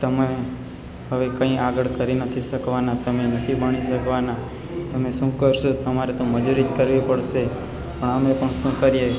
તમે હવે કંઈ આગળ કરી નથી શકવાના તમે નથી ભણી શકવાના તમે શું કરશો તમારે તો મજૂરી જ કરવી પડશે પણ અમે પણ શું કરીએ